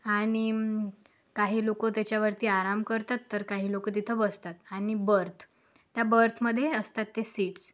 आणि काही लोक त्याच्यावरती आराम करतात तर काही लोक तिथं बसतात आणि बर्थ त्या बर्थमध्ये असतात ते सीट्स